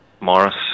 Morris